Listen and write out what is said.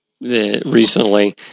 recently